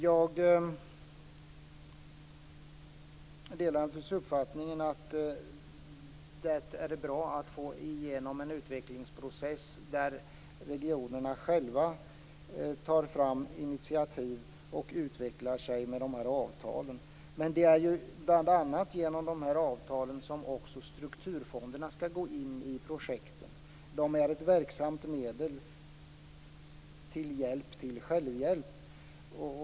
Jag delar naturligtvis uppfattningen att det är bra att få igenom en utvecklingsprocess där regionerna själva tar initiativ och utvecklar sig med de här avtalen. Men det är ju bl.a. genom de här avtalen som strukturfonderna skall gå in i projekten. De är ett verksamt medel till hjälp till självhjälp.